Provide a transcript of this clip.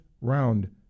round